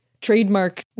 trademark